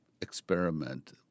experiment